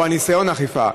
או ניסיון האכיפה.